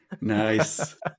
Nice